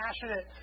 passionate